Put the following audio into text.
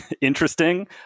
interesting